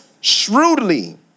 shrewdly